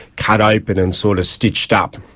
cut open and sort of stitched up,